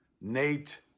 Nate